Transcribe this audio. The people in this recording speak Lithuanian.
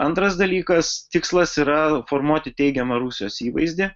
antras dalykas tikslas yra formuoti teigiamą rusijos įvaizdį